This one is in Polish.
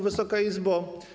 Wysoka Izbo!